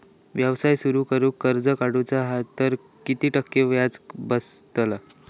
व्यवसाय सुरु करूक कर्ज काढूचा असा तर किती टक्के व्याज बसतला?